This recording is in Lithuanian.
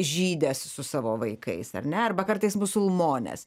žydę su savo vaikais ar ne arba kartais musulmones